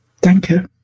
danke